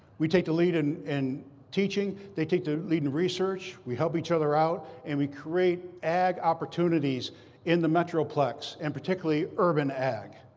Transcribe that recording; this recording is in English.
we take the lead in in teaching, they take the lead in research, we help each other out, and we create ag opportunities in the metroplex and particularly urban ag.